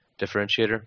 differentiator